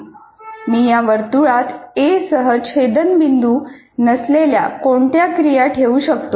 मी या वर्तुळात A सह छेदनबिंदू नसलेल्या कोणत्या क्रिया ठेवू शकतो